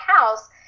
house